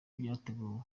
byateguwe